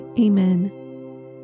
Amen